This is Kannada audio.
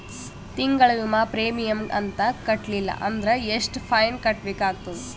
ತಿಂಗಳ ವಿಮಾ ಪ್ರೀಮಿಯಂ ಕಂತ ಕಟ್ಟಲಿಲ್ಲ ಅಂದ್ರ ಎಷ್ಟ ಫೈನ ಕಟ್ಟಬೇಕಾಗತದ?